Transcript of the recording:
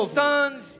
sons